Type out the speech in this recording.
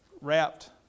wrapped